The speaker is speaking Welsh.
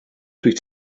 dwyt